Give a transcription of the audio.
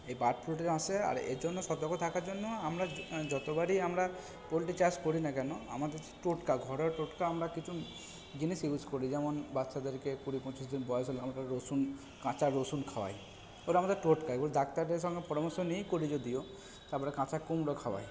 এই বার্ড ফ্লুটা যেরম আসে আর এর জন্য সতর্ক থাকার জন্য আমরা য যতবারই আমরা পোলট্রী চাষ করি না কেন আমাদের টোটকা ঘরোয়া টোটকা আমরা কিছু জিনিস ইউস করি যেমন বাচ্চাদেরকে কুড়ি পঁচিশ দিন বয়স হলে আমরা রসুন কাঁচা রসুন খাওয়াই ওটা আমাদের টোটকা এগুলো ডাক্তারদের সঙ্গে পরামর্শ নিয়েই করি যদিও তাপরে কাঁচা কুমড়ো খাওয়াই